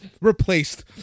replaced